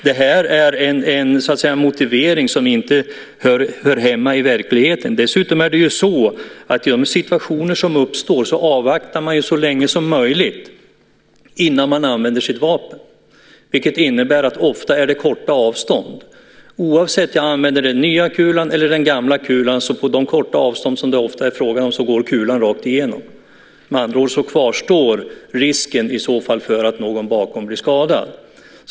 Det här är alltså en motivering som inte hör hemma i verkligheten. Dessutom är det så att i de situationer som uppstår avvaktar man så länge som möjligt innan man använder sitt vapen, vilket innebär att det ofta är korta avstånd. Oavsett om jag använder den nya kulan eller den gamla kulan så går kulan rakt igenom på de korta avstånd det ofta är fråga om. Med andra ord kvarstår risken i så fall för att någon bakom blir skadad.